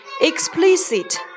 Explicit